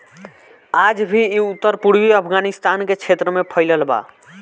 आज भी इ उत्तर पूर्वी अफगानिस्तान के क्षेत्र में फइलल बा